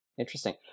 Interesting